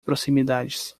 proximidades